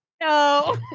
No